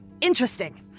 interesting